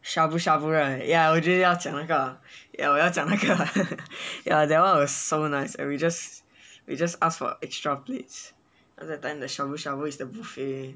shabu shabu right ya 我就是要讲那个 ya 我要讲那个 that one was so nice and we just we just ask for extra plates then that time the shabu shabu is the buffet